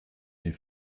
mir